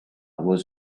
was